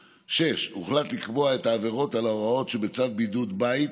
6. הוחלט לקבוע את העבירות על ההוראות שבצו בידוד בית